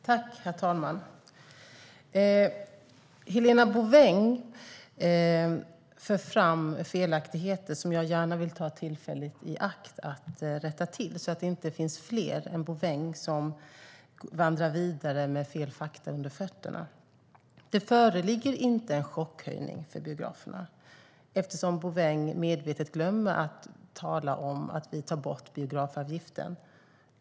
Herr talman! Helena Bouveng för fram felaktigheter som jag gärna vill ta tillfället i akt att rätta till så att det inte finns fler än Bouveng som vandrar vidare med fel fakta under fötterna. Det föreligger inte en chockhöjning för biograferna. Bouveng glömmer medvetet att tala om att vi tar bort biografavgiften.